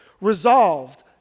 resolved